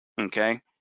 Okay